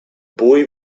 boy